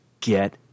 get